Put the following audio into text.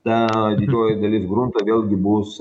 ta didžioji dalis grunto vėlgi bus